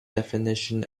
definition